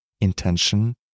intention